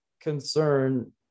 concern